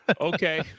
okay